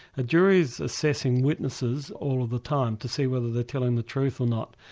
jury's assessing witnesses all the time to see whether they're telling the truth or not.